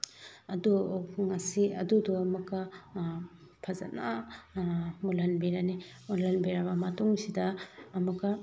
ꯑꯗꯨ ꯉꯁꯤ ꯑꯗꯨꯗꯣ ꯑꯃꯨꯛꯀ ꯐꯖꯅ ꯃꯨꯜꯍꯟꯕꯤꯔꯅꯤ ꯃꯨꯜꯍꯟꯕꯤꯔꯕ ꯃꯇꯨꯡꯁꯤꯗ ꯑꯃꯨꯛꯀ